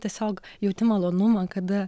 tiesiog jauti malonumą kada